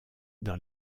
dans